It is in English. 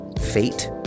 fate